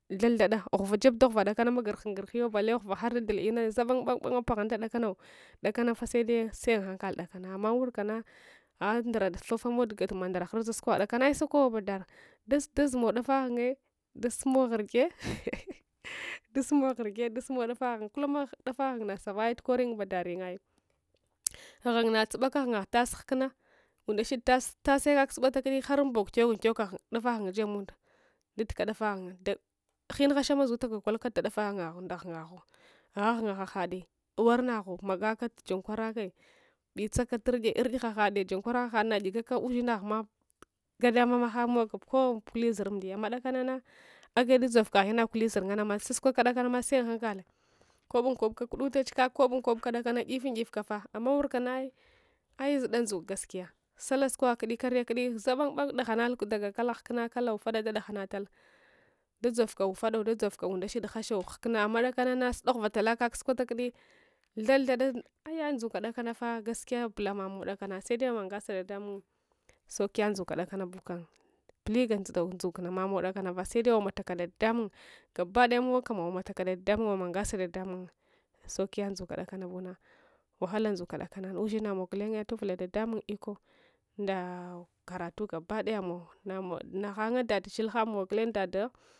Thad thada ghuvajeb daghuva dakana ma gurghun gurghulo bale ghuva harlu bul inana zaban banbange baghuntsdakano dakanafs sede seunghankal dakana amma unwurkana agha ndura fufamow tugatumo ndura kuddi ghurza sukogh dakana aesakowa tubadar dazmow dafagh unye dasmow ghurgye dasmow ghurgye dazmow dafa ghunye kullummah ɗafa ghungnah savaye tukuru yunye ba darunye ai’ natsubaka ghungah tas ghukuna undashid tas tase kak tsubata kuddi harunbog kyogon kyog kagh ghung ɗafaghung jebmunda daduka dafaghung ghung hashama zue abuka kolka da dafaghungahu daghoingaghu agha ghun hahade warnagho magaka tujan kwarake mbetsaka tur’yeurye ghagnade jankwark ghaghade nagyegaka ushinaghma gadamal mahang kiwa mog kuledzur amdiya amma dakanana ageda dzovkagh inakuli zur nganama sasukwaka kudakanam se unhankale kobunkobka liudutach kakakobunkobuka kudakang ivun ifukafah amma nunwurlsanai ai zuda ndzuk gaskiya sallah sukogha kuddi karya kuddi zabanban dagha nal daga kala ghulsuna lala ufado ds deghns tal dadzovka ufads undashid dadzovko ghukuna emma dekanans sudaguuva tala kaksukw ata kuddi thad thada ayah ndzuk kuda kanfah gaskiya bulamamow dakanafah sede amunga sa dadamung sankiye ndzulsa dakanabukam buliga ndzuda ndzukmamow kudakanfah sede amawalakada dedamung gabedayamowakam amaws taka ds dadamung andamumgess dadamung saukiys ndzuks kudalan bunwahals ndzuka dakons ushinamow gulen yeatufula dcdamung iko ndakpratu gabedayan namow nagnanye dad shilhamow gulenye dada